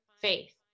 faith